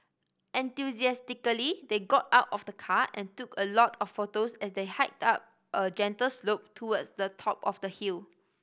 enthusiastically they got out of the car and took a lot of photos as they hiked up a gentle slope towards the top of the hill